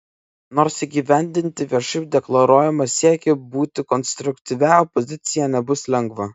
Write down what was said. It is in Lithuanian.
nors įgyvendinti viešai deklaruojamą siekį būti konstruktyvia opozicija nebus lengva